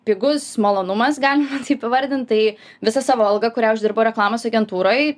pigus malonumas galima taip įvardint tai visą savo algą kurią uždirbau reklamos agentūroj